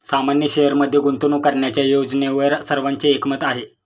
सामान्य शेअरमध्ये गुंतवणूक करण्याच्या योजनेवर सर्वांचे एकमत आहे